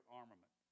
armament